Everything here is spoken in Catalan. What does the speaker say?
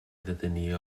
detenir